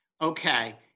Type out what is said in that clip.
Okay